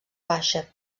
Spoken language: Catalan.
baixa